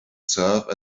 serve